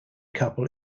couple